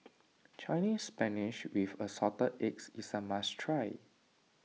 Chinese Spinach with Assorted Eggs is a must try